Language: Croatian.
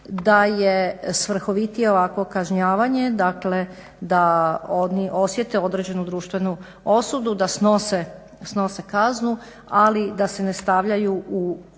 da je svrhovitije ovako kažnjavanje, dakle da oni osjete određenu društvenu osudu, da snose kaznu ali da se ne stavljaju u